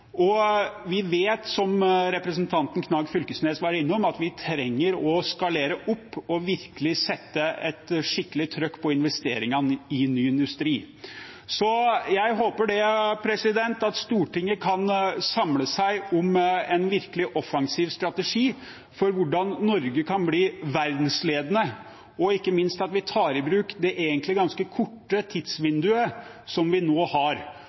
Vi vet, som representanten Knag Fylkesnes var innom, at vi trenger å skalere opp og virkelig sette inn et skikkelig «trøkk» på investeringene i ny industri. Jeg håper at Stortinget kan samle seg om en virkelig offensiv strategi for hvordan Norge kan bli verdensledende, og ikke minst at vi tar i bruk det egentlig ganske korte tidsvinduet som vi nå har.